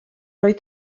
oedd